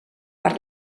per